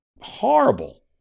horrible